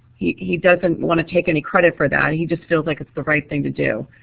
he he doesn't want to take any credit for that he just feels like it's the right thing to do.